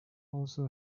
also